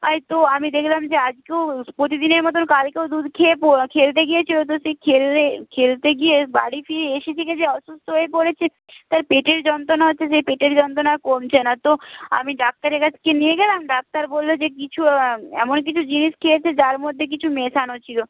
তো আমি দেখলাম যে আজকেও প্রতিদিনের মতোন কালকেও দুধ খেয়ে খেলতে গিয়েছিলো তো সেই খেলতে গিয়ে বাড়ি ফিরে এসে থেকে যে অসুস্থ হয়ে পড়েছে তার পেটের যন্ত্রণা হচ্ছে সেই পেটের যন্ত্রণা কমছে না তো আমি ডাক্তারের কাছকে নিয়ে গেলাম ডাক্তার বললো যে কিছু এমন কিছু জিনিস খেয়েছে যার মধ্যে কিছু মেশানো ছিলো